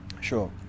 Sure